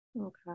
Okay